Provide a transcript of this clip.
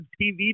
TV